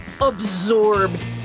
absorbed